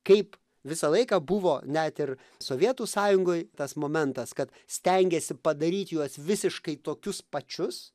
kaip visą laiką buvo net ir sovietų sąjungoj tas momentas kad stengėsi padaryt juos visiškai tokius pačius